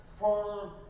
firm